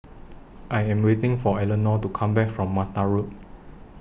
I Am waiting For Eleanor to Come Back from Mata Road